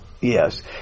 Yes